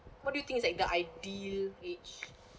what do you think is like the ideal age